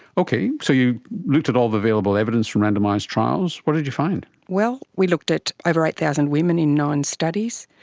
okay, so you looked at all the available evidence from randomised trials. what did you find? well, we looked at over eight thousand women in nine studies,